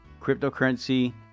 cryptocurrency